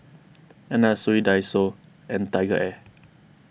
Anna Sui Daiso and TigerAir